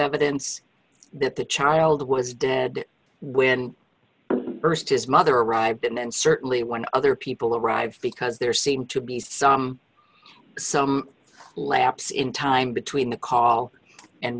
evidence that the child was dead when st his mother arrived and then certainly when other people arrived because there seemed to be some some lapse in time between the call and